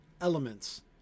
elements